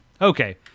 Okay